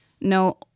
no